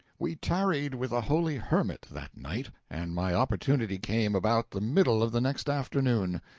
we tarried with a holy hermit, that night, and my opportunity came about the middle of the next afternoon.